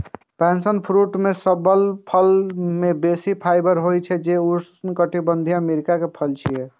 passion fruit मे सब फल सं बेसी फाइबर होइ छै, जे उष्णकटिबंधीय अमेरिका के फल छियै